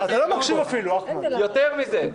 יותר מזה,